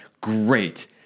great